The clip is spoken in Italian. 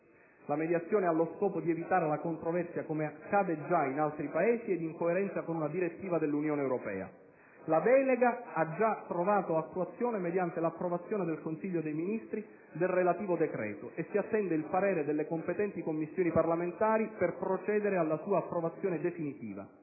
La mediazione ha lo scopo di evitare la controversia, come già accade in altri Paesi ed in coerenza con una direttiva dell'Unione europea. La delega ha già trovato attuazione mediante l'approvazione del Consiglio dei ministri del relativo decreto e si attende il parere delle competenti Commissioni parlamentari per procedere alla sua approvazione definitiva.